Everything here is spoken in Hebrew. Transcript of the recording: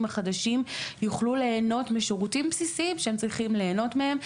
החדשים יוכלו ליהנות משירותים בסיסיים שהם צריכים ליהנות מהם.